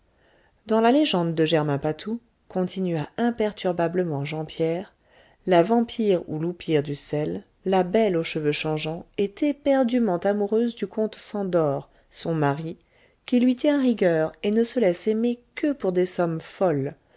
dans la légende de germain patou continua imperturbablement jean pierre la vampire ou l'oupire d'uszel la belle aux cheveux changeants est éperdument amoureuse du comte szandor son mari qui lui tient rigueur et ne se laisse aimer que pour des sommes folles